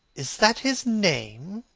is that his name?